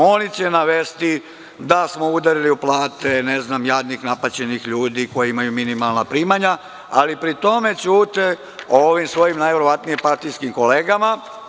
Oni će navesti da smo udarili u plate jadnih napaćenih ljudi koji imaju minimalna primanja, a pri tom ćute o ovim svojim najverovatnije partijskim kolegama.